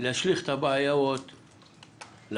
להשליך את הבעיות לבעלויות,